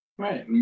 Right